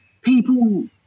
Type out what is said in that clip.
people